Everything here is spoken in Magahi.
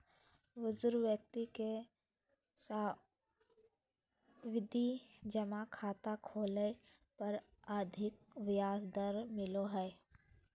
बुजुर्ग व्यक्ति के सावधि जमा खाता खोलय पर अधिक ब्याज दर मिलो हय